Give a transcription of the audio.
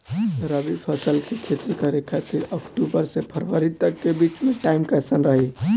रबी फसल के खेती करे खातिर अक्तूबर से फरवरी तक के बीच मे टाइम कैसन रही?